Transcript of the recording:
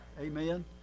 Amen